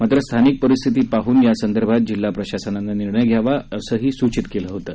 मात्र स्थानिक परिस्थिती बघून यासंदर्भात जिल्हा प्रशासनानं निर्णय घ्यावा असंही सूचित केलं होतं